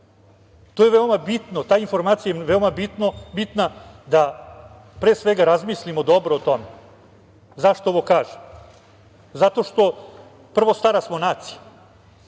To je veoma bitno. Ta informacija je veoma bitna, da pre svega razmislimo dobro o tome. Zašto ovo kažem? Prvo, stara smo nacija.